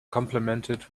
complimented